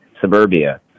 suburbia